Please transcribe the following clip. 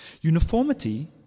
Uniformity